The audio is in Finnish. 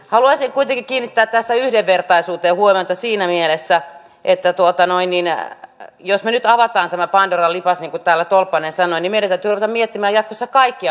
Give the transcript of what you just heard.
haluaisin kuitenkin kiinnittää tässä yhdenvertaisuuteen huomiota siinä mielessä että jos me nyt avaamme tämän pandoran lippaan niin kuin täällä tolppanen sanoi niin meidän täytyy ruveta miettimään jatkossa kaikkia vakaumuksia